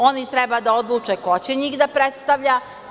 Oni treba da odluče ko će njih da predstavlja.